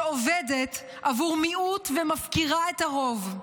שעובדת עבור מיעוט ומפקירה את הרוב.